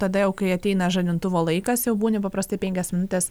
tada jau kai ateina žadintuvo laikas jau būni paprastai penkias minutes